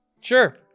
Sure